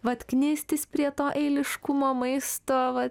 vat knistis prie to eiliškumo maisto vat